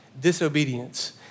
Disobedience